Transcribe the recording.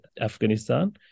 Afghanistan